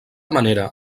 manera